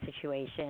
situation